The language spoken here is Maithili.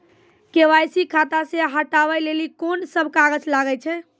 के.वाई.सी खाता से हटाबै लेली कोंन सब कागज लगे छै?